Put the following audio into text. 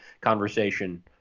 conversation